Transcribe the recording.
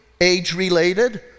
age-related